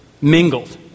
mingled